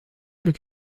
glück